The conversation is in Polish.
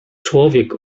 człowiek